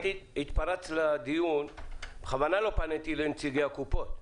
התפרצת לדיון ובכוונה לא פניתי לנציגי הקופות.